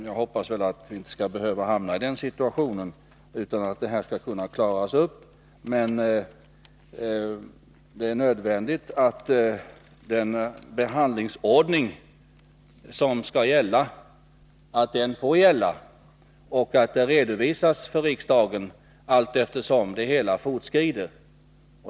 Jag hoppas att vi inte skall behöva hamna i den situationen, utan att detta skall kunna klaras upp. Men det är nödvändigt att den behandlingsordning som skall gälla också får gälla och att resultaten redovisas för riksdagen allteftersom det hela fortskrider.